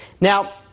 Now